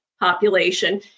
population